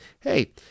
hey